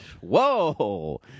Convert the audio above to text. Whoa